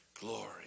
Glory